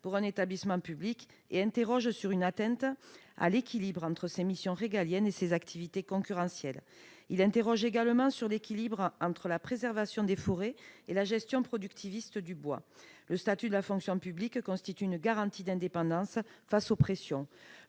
pour un établissement public et interroge sur une atteinte à l'équilibre entre ses missions régaliennes et ses activités concurrentielles. Cette situation interroge également sur l'équilibre entre la préservation des forêts et la gestion productiviste du bois. Le statut de la fonction publique constitue une garantie d'indépendance face aux pressions.